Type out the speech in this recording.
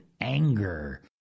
anger